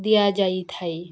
ଦିଆଯାଇଥାଏ